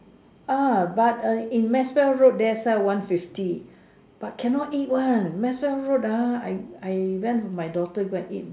ah but in maxwell road there sell one fifty but can not eat one maxwell road ah I I went with my daughter go and eat